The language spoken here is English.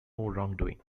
wrongdoing